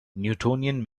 newtonian